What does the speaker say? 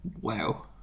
wow